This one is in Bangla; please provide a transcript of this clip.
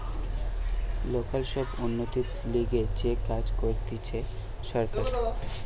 লোকাল সব উন্নতির লিগে যে কাজ করতিছে সরকার